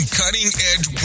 cutting-edge